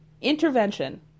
Intervention